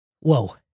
whoa